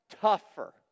tougher